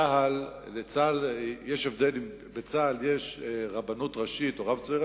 יש הבדל אם בצה"ל יש רבנות ראשית או רב צבאי